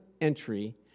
entry